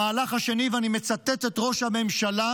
המהלך השני, ואני מצטט את ראש הממשלה,